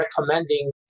recommending